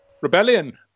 Rebellion